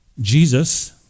Jesus